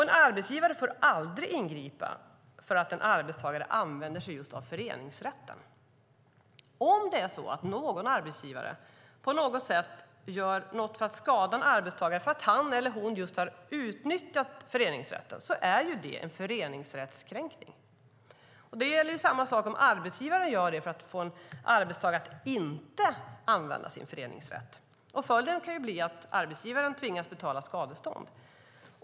En arbetsgivare får aldrig ingripa för att en arbetstagare använder sig av föreningsrätten. Om någon arbetsgivare på något sätt gör något för att skada en arbetstagare för att han eller hon har utnyttjat föreningsrätten är det en föreningsrättskränkning. Samma sak gäller om arbetsgivaren gör det för att få en arbetstagare att inte använda sin föreningsrätt. Följden kan bli att arbetsgivaren tvingas betala skadestånd.